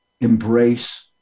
embrace